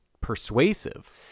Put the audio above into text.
persuasive